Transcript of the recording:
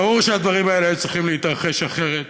ברור שהדברים האלה היו צריכים להתרחש אחרת.